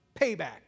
payback